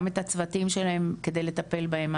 גם את הצוותים שלהם כדי לטפל בהם.